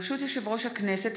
ברשות יושב-ראש הכנסת,